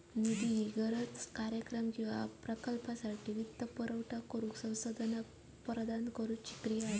निधी ही गरज, कार्यक्रम किंवा प्रकल्पासाठी वित्तपुरवठा करुक संसाधना प्रदान करुची क्रिया असा